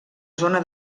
zona